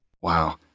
Wow